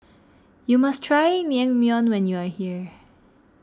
you must try Naengmyeon when you are here